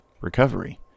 recovery